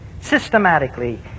systematically